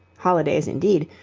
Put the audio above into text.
holidays indeed,